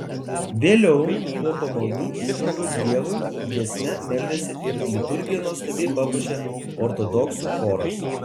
vėliau po pamaldų įžangos dievui giesme meldėsi ir liturgiją nuostabiai papuošė ortodoksų choras